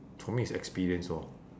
for me is experience lor